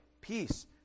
peace